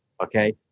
Okay